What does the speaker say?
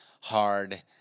hard